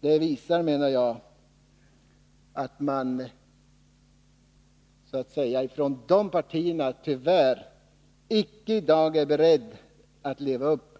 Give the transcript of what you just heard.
Det visar, menar jag, att man från de partierna i dag tyvärr icke är beredd att leva upp